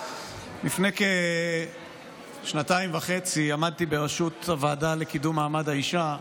לפני כשנתיים וחצי עמדתי בראשות הוועדה לקידום מעמד האישה,